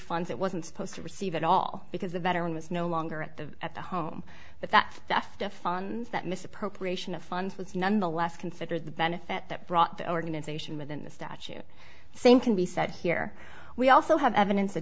funds it wasn't supposed to receive at all because the veteran was no longer at the at the home but that's left of funds that misappropriation of funds was nonetheless considered the benefit that brought the organization within the statute same can be said here we also have evidence that